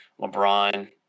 LeBron